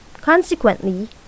Consequently